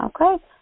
Okay